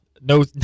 No